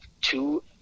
two